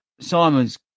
Simon's